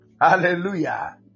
Hallelujah